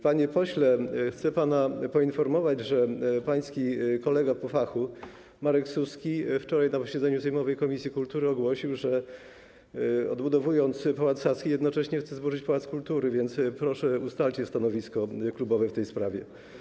Panie pośle, chcę pana poinformować, że pański kolega po fachu Marek Suski wczoraj na posiedzeniu sejmowej komisji kultury ogłosił, że odbudowując Pałac Saski, jednocześnie chce zburzyć pałac kultury, więc proszę, ustalcie stanowisko klubowe w tej sprawie.